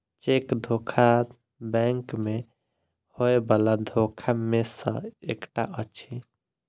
cheque धोखा bank मे होयबला धोखा मे सॅ एकटा अछि